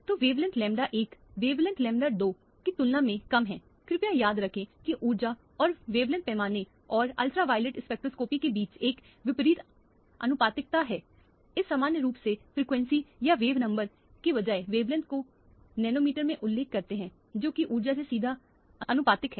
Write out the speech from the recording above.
तो wavelength lambda 1 wavelength lambda 2 की तुलना में कम है कृपया याद रखें कि ऊर्जा और वेवलेंथ पैमाने और पराबैंगनी स्पेक्ट्रोस्कोपी के बीच एक विपरीत आनुपातिकता है हम सामान्य रूप से फ्रिकवेंसी या वेव नंबर के बजाय वेवलेंथ को नैनोमीटर में उल्लेख करते हैं जो कि ऊर्जा से सीधे आनुपातिक है